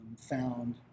found